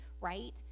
right